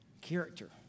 character